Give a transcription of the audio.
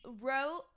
wrote